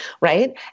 right